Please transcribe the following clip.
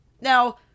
Now